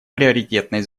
приоритетной